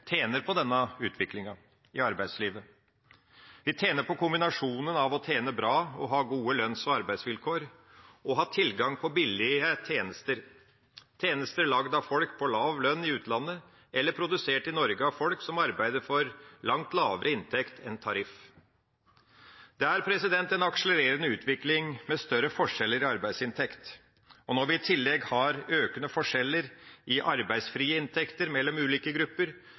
tjener på denne utviklinga i arbeidslivet. Vi tjener på kombinasjonen av å tjene bra og ha gode lønns- og arbeidsvilkår og ha tilgang på billige tjenester – tjenester laget av folk på lav lønn i utlandet, eller produsert i Norge av folk som arbeider for langt lavere inntekt enn tariff. Det er en akselererende utvikling med større forskjeller i arbeidsinntekt. Når vi i tillegg har økende forskjeller i arbeidsfrie inntekter mellom ulike grupper,